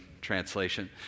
Translation